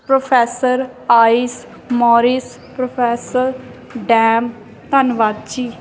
professor ਆਈਸ Morris professor ਡੈਮ ਧੰਨਵਾਦ ਜੀ